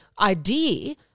idea